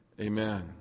amen